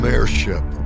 Airship